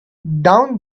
down